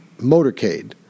motorcade